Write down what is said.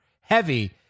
heavy